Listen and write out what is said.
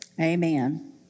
Amen